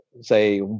say